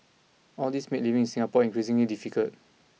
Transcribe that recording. all these made living in Singapore increasingly difficult